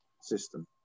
system